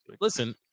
listen